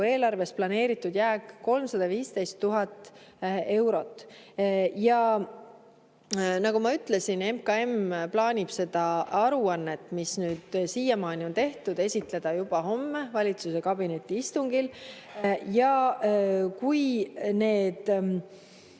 eelarves planeeritud jääk 315 000 eurot. Nagu ma ütlesin, MKM plaanib seda aruannet, mis nüüd siiamaani on tehtud, esitleda juba homme valitsuskabineti istungil. Ja kui seal